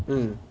mm